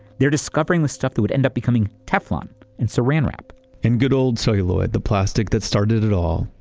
they're discovering the stuff that would end up becoming teflon and saran wrap and good old celluloid, the plastic that started at all,